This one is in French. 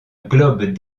globes